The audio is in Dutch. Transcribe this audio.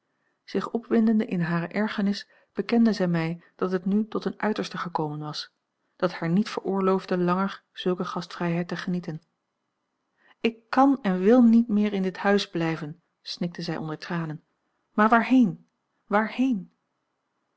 zich opwindende in hare ergernis bekende zij mij dat het nu tot een uiterste gekomen was dat haar niet veroorloofde langer zulke gastvrijheid te genieten ik kàn en wil niet meer in dit huis blijven snikte zij onder tranen maar waarheen waarheen